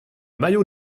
mayo